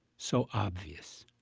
so obvious